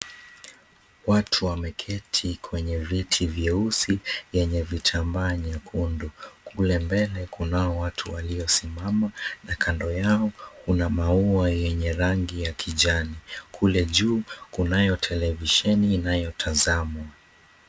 Watu wameketi kwenye viti vyeusi yenye vitambaa nyekundu. Kule mbele kunao watu waliosimama na kando yao kuna maua yenye rangi ya kijani. Kule juu kunayo televisheni inayotazamwa.